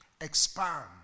Expand